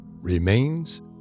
remains